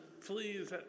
Please